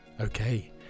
Okay